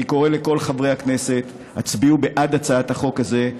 אני קורא לכל חברי הכנסת: הצביעו בעד הצעת החוק הזאת.